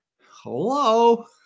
Hello